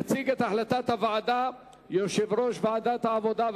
יציג את החלטת הוועדה יושב-ראש ועדת העבודה,